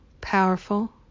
powerful